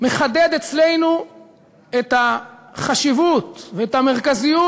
מחדד אצלנו את החשיבות ואת המרכזיות